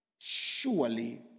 surely